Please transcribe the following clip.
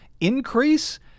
increase